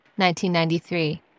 1993